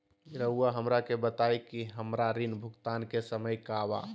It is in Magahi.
रहुआ हमरा के बताइं कि हमरा ऋण भुगतान के समय का बा?